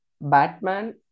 Batman